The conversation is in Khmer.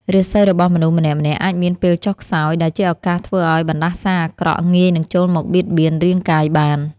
រាសីរបស់មនុស្សម្នាក់ៗអាចមានពេលចុះខ្សោយដែលជាឱកាសធ្វើឱ្យបណ្តាសាអាក្រក់ងាយនឹងចូលមកបៀតបៀនរាងកាយបាន។